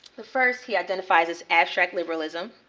first, he identifies as abstract liberalism.